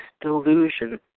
delusion